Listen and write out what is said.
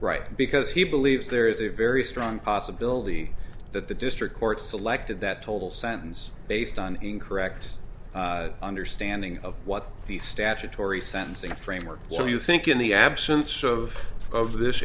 right because he believes there is a very strong possibility that the district court selected that total sentence based on incorrect understanding of what the statutory sentencing framework so you think in the absence of of this